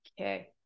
okay